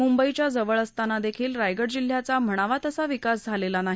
मुंबईच्या जवळ असताना देखील रायगड जिल्हयाचा म्हणावा तसा विकास झाला नाही